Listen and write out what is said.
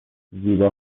زیبا